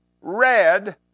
red